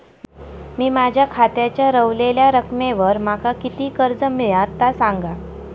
मी माझ्या खात्याच्या ऱ्हवलेल्या रकमेवर माका किती कर्ज मिळात ता सांगा?